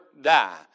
die